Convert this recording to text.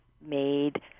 made